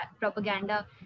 propaganda